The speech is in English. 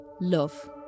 love